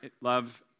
love